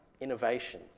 Innovation